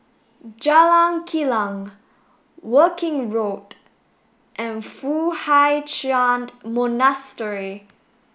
Jalan Kilang Woking Road and Foo Hai Ch'and Monastery